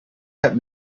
kept